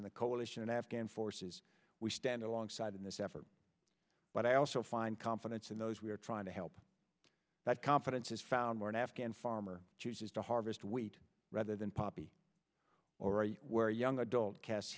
in the coalition and afghan forces we stand alongside in this effort but i also find confidence in those we are trying to help that confidence is found where an afghan farmer chooses to harvest wheat rather than poppy or and where young adult cast